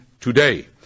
today